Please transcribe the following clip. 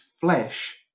flesh